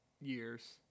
years